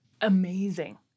amazing